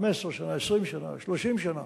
15 שנה, 20 שנה, 30 שנה,